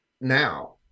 now